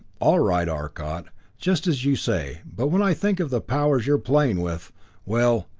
all right, arcot just as you say but when i think of the powers you're playing with well,